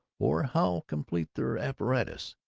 or how complete their apparatus.